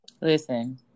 Listen